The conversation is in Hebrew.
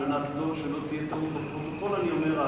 על מנת שלא תהיה טעות בפרוטוקול אני אומר: